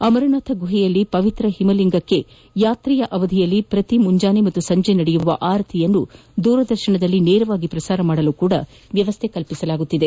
ಅಮರನಾಥ ಗುಹೆಯಲ್ಲಿ ಪವಿತ್ರ ಹಿಮಲಿಂಗಕ್ಕೆ ಯಾತ್ರೆಯ ಅವಧಿಯಲ್ಲಿ ಪ್ರತಿ ಮುಂಜಾನೆ ಮತ್ತು ಸಂಜೆ ನಡೆಯುವ ಆರತಿಯನ್ನು ದೂರದರ್ಶನದಲ್ಲಿ ನೇರವಾಗಿ ಪ್ರಸಾರ ಮಾಡಲು ಸಹ ವ್ಯವಸ್ಥೆ ಮಾಡಲಾಗುತ್ತಿದೆ